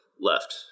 left